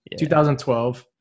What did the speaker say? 2012